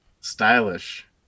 Stylish